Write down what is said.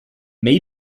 may